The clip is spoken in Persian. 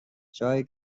جایی